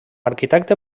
arquitecte